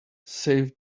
save